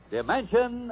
Dimension